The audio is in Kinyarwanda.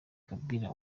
kabila